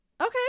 Okay